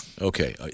Okay